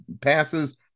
passes